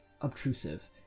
obtrusive